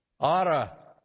ara